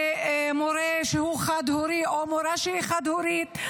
למורה שהוא חד-הורי או מורה שהיא חד-הורית,